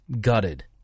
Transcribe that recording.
gutted